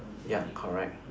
ya correct